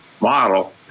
model